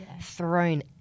thrown